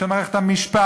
של מערכת המשפט,